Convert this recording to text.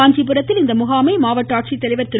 காஞ்சிபுரத்தில் இம்முகாமை மாவட்ட ஆட்சித்தலைவர் திரு